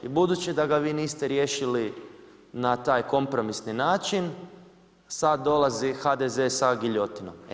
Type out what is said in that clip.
I budući da ga vi niste riješili na taj kompromisni način, sad dolazi HDZ sa giljotinom, eto.